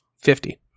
Fifty